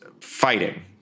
fighting